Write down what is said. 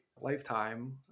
lifetime